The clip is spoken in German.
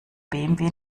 bmw